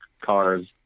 cars